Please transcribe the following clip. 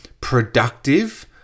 productive